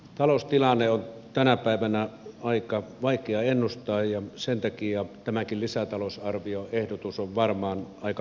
taloustilannetta on tänä päivänä aika vaikea ennustaa ja sen takia tämäkin lisätalousarvioehdotus on varmaan aika varovainen